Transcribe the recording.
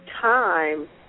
time